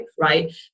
right